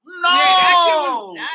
No